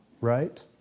right